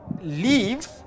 leave